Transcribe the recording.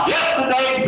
Yesterday